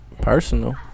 personal